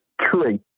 tree